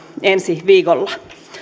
ensi viikolla